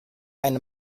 eine